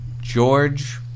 George